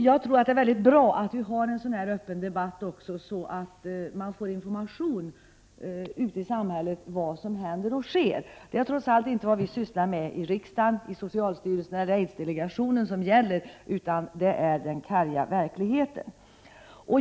Jag tror att det är mycket bra att vi har en sådan öppen debatt så att det kommer ut information i samhället om vad som händer och sker. Det är trots allt inte vad vi sysslar med i riksdagen, socialstyrelsen eller aidsdelegationen som gäller, utan det är den karga verkligheten.